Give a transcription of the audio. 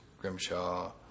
Grimshaw